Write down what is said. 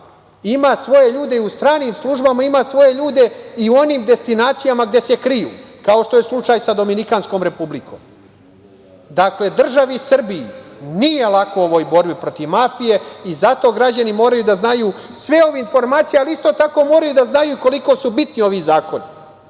Ima svoje ljude i u stranim službama. Ima svoje ljude i na onim destinacijama gde se kriju, kao što je slučaj sa Dominikanskom Republikom. Dakle, državi Srbiji nije lako u ovoj borbi protiv mafije i zato građani moraju da znaju sve ove informacije, ali isto tako moraju da znaju koliko su bitni ovi zakoni